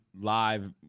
live